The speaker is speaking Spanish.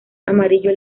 amarillo